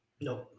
No